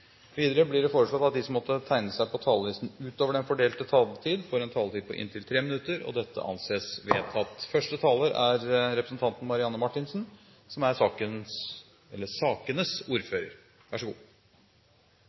Videre blir det foreslått at de som måtte tegne seg på talerlisten utover den fordelte taletid, får en taletid på inntil 3 minutter. – Det anses vedtatt. Først vil jeg som sakens